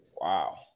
Wow